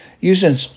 Using